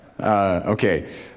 Okay